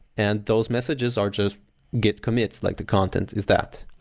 and those messages are just git commits, like the content is that.